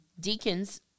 Deacons